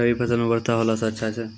रवी फसल म वर्षा होला से अच्छा छै?